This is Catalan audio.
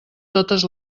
totes